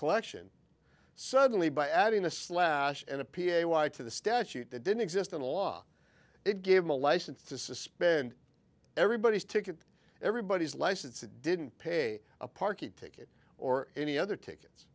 collection suddenly by adding a slash and a p s a y to the statute that didn't exist in the law it gave him a license to suspend everybody's ticket everybody's license didn't pay a parking ticket or any other tickets